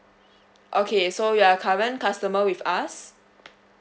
okay so you are current customer with us